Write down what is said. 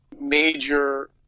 major